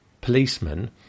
policeman